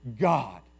God